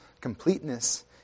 completeness